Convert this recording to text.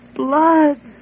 blood